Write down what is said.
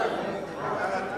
כן.